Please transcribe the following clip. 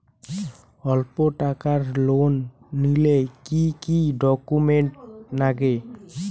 অল্প টাকার লোন নিলে কি কি ডকুমেন্ট লাগে?